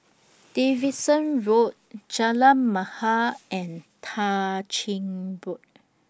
Davidson Road Jalan Mahir and Tah Ching Road